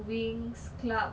winx club